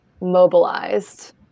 mobilized